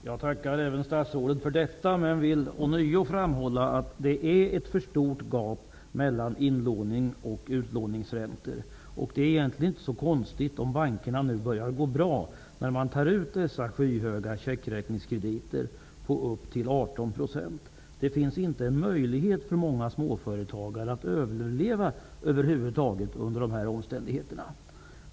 Fru talman! Jag tackar statsrådet även för detta. Jag vill ånyo framhålla att det är ett för stort gap mellan inlånings och utlåningsräntor. Det är egentligen inte så konstigt om bankerna börjar gå bra nu när de tar ut dessa skyhöga checkräkningskrediter på upp till 18 %. För många småföretagare finns det inga möjligheter att över huvud taget överleva under dessa omständigheter.